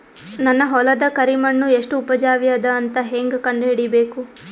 ನನ್ನ ಹೊಲದ ಕರಿ ಮಣ್ಣು ಎಷ್ಟು ಉಪಜಾವಿ ಅದ ಅಂತ ಹೇಂಗ ಕಂಡ ಹಿಡಿಬೇಕು?